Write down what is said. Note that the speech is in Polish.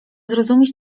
zrozumieć